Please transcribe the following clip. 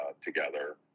together